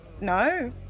no